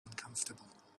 uncomfortable